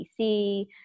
PC